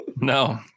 No